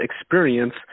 experience